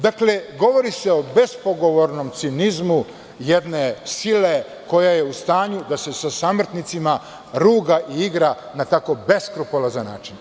Dakle, govori se o bespogovornom cinizmu jedne sile koja je u stanju da se sa samrtnicima ruga i igra na tako beskrupulozan način.